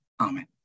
Amen